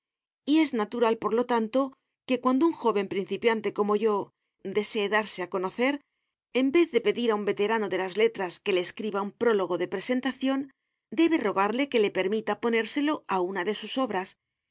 es natural por lo tanto que cuando un joven principiante como yo desee darse a conocer en vez de pedir a un veterano de las letras que le escriba un prólogo de presentación debe rogarle que le permita ponérselo a una de sus obras